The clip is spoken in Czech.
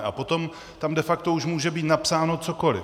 A potom tam de facto už může být napsáno cokoliv.